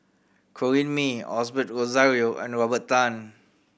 Corrinne May Osbert Rozario and Robert Tan